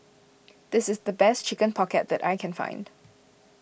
this is the best Chicken Pocket that I can find